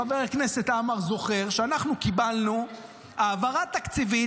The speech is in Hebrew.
חבר הכנסת עמאר זוכר שאנחנו קיבלנו העברה תקציבית,